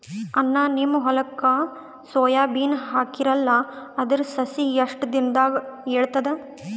ಅಣ್ಣಾ, ನಿಮ್ಮ ಹೊಲಕ್ಕ ಸೋಯ ಬೀನ ಹಾಕೀರಲಾ, ಅದರ ಸಸಿ ಎಷ್ಟ ದಿಂದಾಗ ಏಳತದ?